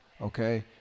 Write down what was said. okay